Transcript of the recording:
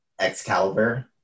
Excalibur